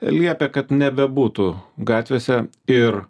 liepė kad nebebūtų gatvėse ir